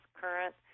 current